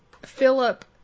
Philip